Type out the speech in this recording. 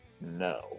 no